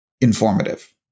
informative